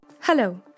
Hello